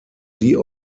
sie